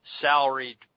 salaried